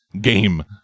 game